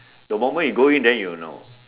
the moment you go in then you will know